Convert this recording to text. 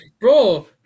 bro